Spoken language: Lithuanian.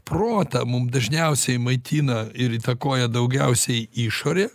protą mum dažniausiai maitina ir įtakoja daugiausiai išorė